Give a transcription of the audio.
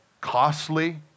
costly